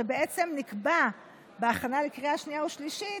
שבעצם נקבע בהכנה לקריאה השנייה והשלישית